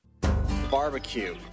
Barbecue